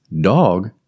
Dog